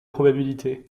probabilité